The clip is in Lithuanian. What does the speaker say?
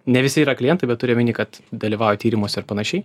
ne visi yra klientai bet turiu omeny kad dalyvauja tyrimuose ir panašiai